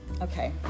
okay